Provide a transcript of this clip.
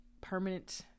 permanent